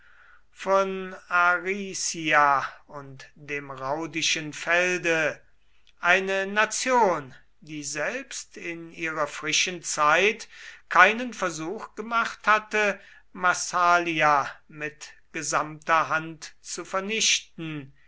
von aricia und dem raudischen felde eine nation die selbst in ihrer frischen zeit keinen versuch gemacht hatte massalia mit gesamter hand zu vernichten